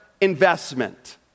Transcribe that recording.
investment